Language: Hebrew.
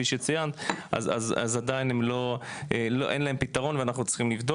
אני מתכבד לפתוח את הדיון היום בנושא תשלומי הפנסיה לזכאים מרוסיה.